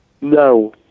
No